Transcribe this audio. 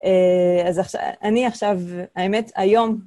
אז אני עכשיו, האמת, היום...